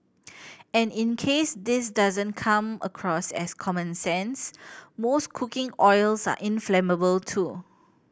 and in case this doesn't come across as common sense most cooking oils are inflammable too